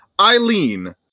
Eileen